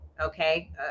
okay